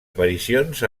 aparicions